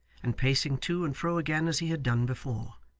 and pacing to and fro again as he had done before.